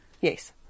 Yes